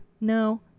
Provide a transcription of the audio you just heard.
No